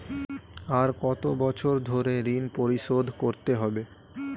আর কত বছর ধরে ঋণ পরিশোধ করতে হবে?